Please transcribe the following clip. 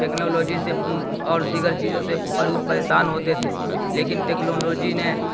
technology سے اور دیگر چیزوں سے بہت پریشان ہوتے تھے لیکن ٹیکنولوجی نے